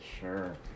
Sure